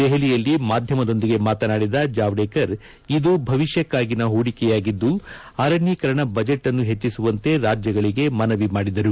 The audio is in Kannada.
ದೆಹಲಿಯಲ್ಲಿ ಮಾಧ್ಯಮದೊಂದಿಗೆ ಮಾತನಾಡಿದ ಜಾವಡೇಕರ್ ಇದು ಭವಿಷ್ಕಕ್ಕಾಗಿನ ಹೂಡಿಕೆಯಾಗಿದ್ದು ಅರಣ್ಯೀಕರಣ ಬಜೆಟ್ನ್ನು ಹೆಚ್ಚಿಸುವಂತೆ ರಾಜ್ಲಗಳಿಗೆ ಮನವಿ ಮಾಡಿದ್ದಾರೆ